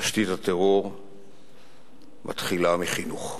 תשתית הטרור מתחילה בחינוך.